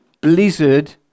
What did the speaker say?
Blizzard